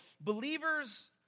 believers